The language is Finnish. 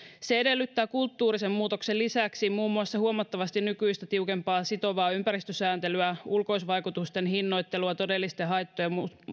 se edellyttää kulttuurisen muutoksen lisäksi muun muassa huomattavasti nykyistä tiukempaa sitovaa ympäristösääntelyä ulkoisvaikutusten hinnoittelua todellisten haittojen